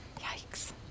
Yikes